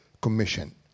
commission